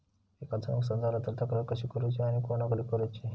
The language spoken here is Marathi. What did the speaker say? पिकाचा नुकसान झाला तर तक्रार कशी करूची आणि कोणाकडे करुची?